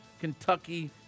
Kentucky